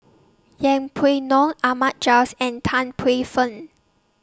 Yeng Pway Ngon Ahmad Jais and Tan Paey Fern